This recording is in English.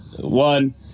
One